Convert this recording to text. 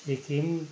Sikkim